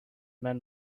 men